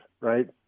right